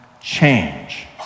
change